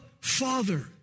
Father